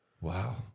Wow